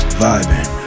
vibing